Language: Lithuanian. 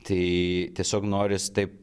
tai tiesiog noris taip